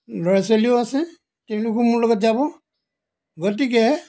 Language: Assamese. ল'ৰা ছোৱালীও আছে তেওঁলোকো মোৰ লগত যাব গতিকে